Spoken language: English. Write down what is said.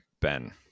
Ben